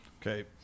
Okay